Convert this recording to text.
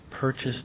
purchased